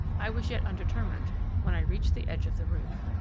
i was yet undetermined when i reached the edge of the roof.